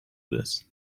this